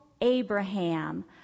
Abraham